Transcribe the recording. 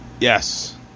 Yes